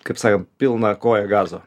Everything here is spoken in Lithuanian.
kaip sakant pilna koja gazo